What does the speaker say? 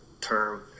term